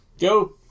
Go